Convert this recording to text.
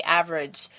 average